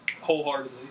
wholeheartedly